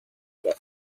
shape